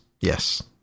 Yes